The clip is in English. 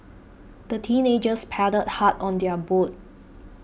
the teenagers paddled hard on their boat